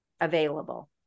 available